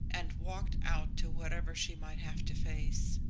and walked out to whatever she might have to face.